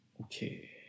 Okay